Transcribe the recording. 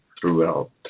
throughout